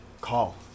Call